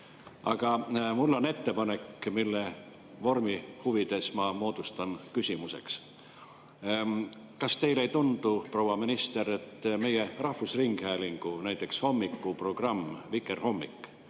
Aga mul on ettepanek, mille ma vormi huvides moodustan küsimusena. Kas teile ei tundu, proua minister, et näiteks meie rahvusringhäälingu hommikuprogramm "Vikerhommik"